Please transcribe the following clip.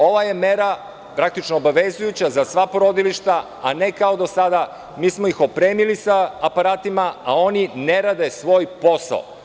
Ova mera je praktično obavezujuća za sva porodilišta, a ne kao do sada, mi smo ih opremili sa aparatima, a oni ne rade svoj posao.